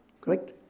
correct